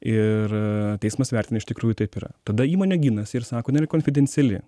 ir teismas įvertina iš tikrųjų taip yra tada įmonė ginasi ir sako jinai yra konfidenciali